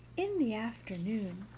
in the afternoon,